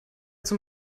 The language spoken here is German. zum